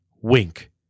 wink